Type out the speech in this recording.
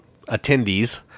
attendees